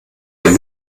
ein